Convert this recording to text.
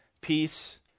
peace